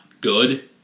good